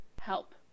help